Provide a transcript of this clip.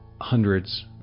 hundreds